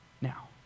Now